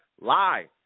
live